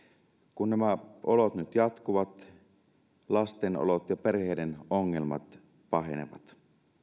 kun nämä olot nyt jatkuvat lasten olot ja perheiden ongelmat pahenevat